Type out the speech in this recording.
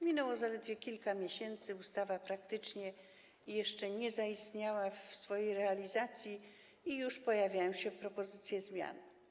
Minęło zaledwie kilka miesięcy, ustawa praktycznie jeszcze nie zaistniała w swojej realizacji i już pojawiają się propozycje zmian.